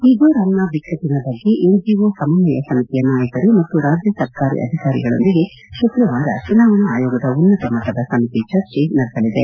ಮಿಜೋರಾಂನ ಬಿಕ್ಕಟ್ಟನ ಬಗ್ಗೆ ಎನ್ಜಓ ಸಮನ್ವಯ ಸಮಿತಿಯ ನಾಯಕರು ಮತ್ತು ರಾಜ್ಯ ಸರ್ಕಾರಿ ಅಧಿಕಾರಿಗಳೊಂದಿಗೆ ಶುಕ್ರವಾರ ಚುನಾವಣಾ ಆಯೋಗದ ಉನ್ನತ ಮಟ್ಟದ ಸಮಿತಿ ಚರ್ಚೆ ನಡೆಸಲಿದೆ